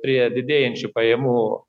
prie didėjančių pajamų